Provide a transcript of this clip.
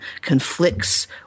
conflicts